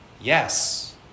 Yes